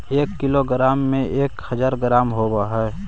एक किलोग्राम में एक हज़ार ग्राम होव हई